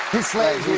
his slaves.